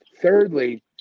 Thirdly